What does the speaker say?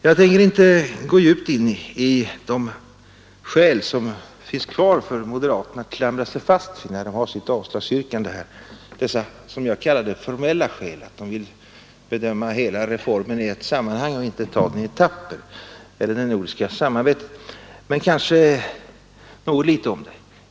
Jag tänker inte gå djupt in i de skäl som moderaterna har kvar för att klamra sig fast vid sitt avslagsyrkande — d I som jag kallade formella: de vill kunna bedöma hela reformen i ett sammanhang och inte ta den i etapper, de vill ta hänsyn till det nordiska samarbetet.